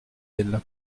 elle